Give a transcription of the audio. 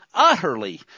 utterly